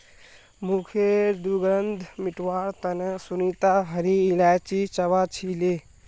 मुँहखैर दुर्गंध मिटवार तने सुनीता हरी इलायची चबा छीले